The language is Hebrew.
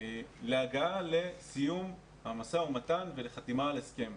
להגעה לסיום המשא ומתן ולחתימה על הסכם.